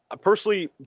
personally